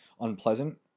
unpleasant